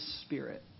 spirit